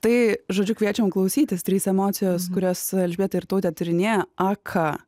tai žodžiu kviečiam klausytis trys emocijos kurias elžbieta ir tautė tyrinėja ak ką